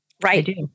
Right